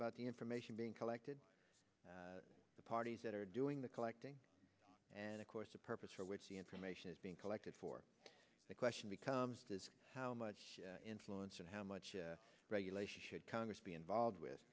about the information being collected the parties that are doing the collecting and of course a purpose for which the information is being collected for the question becomes does how much influence and how much regulation should congress be involved